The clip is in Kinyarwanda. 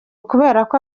kuberako